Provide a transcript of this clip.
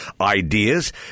ideas